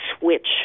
switch